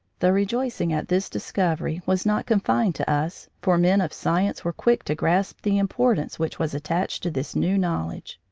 the rejoicing at this discovery was not confined to us, for men of science were quick to grasp the importance which was attached to this new knowledge.